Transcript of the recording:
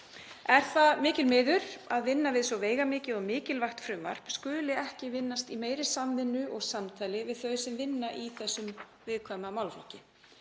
Er það mjög miður að vinna við svo veigamikið og mikilvægt frumvarp skuli ekki vinnast í meiri samvinnu og samtali við þau sem vinna í þessum viðkvæma málaflokki.